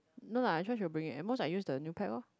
no lah I'm sure she will bring it at most I use the new pack orh